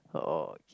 oh oh okay